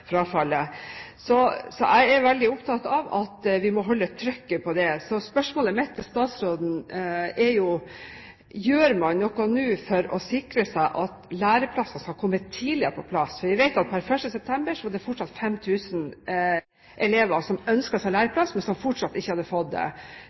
Så jeg er veldig opptatt av at vi må holde trøkket på det. Spørsmålet mitt til statsråden er: Gjør man noe nå for å sikre at læreplasser skal komme tidligere på plass? Vi vet at per 1. september var det fortsatt 5 000 elever som ønsket seg